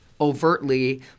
overtly